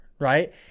Right